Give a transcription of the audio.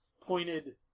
pointed